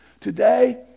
Today